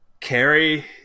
carry –